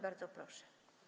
Bardzo proszę.